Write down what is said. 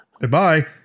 Goodbye